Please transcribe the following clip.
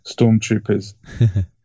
stormtroopers